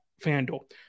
FanDuel